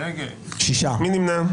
מי נמנע?